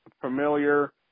familiar